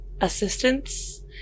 assistance